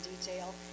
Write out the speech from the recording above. detail